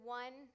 one